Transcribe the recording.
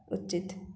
ଉଚିତ୍